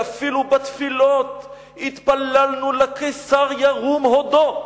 ואפילו בתפילות התפללנו לקיסר ירום הודו.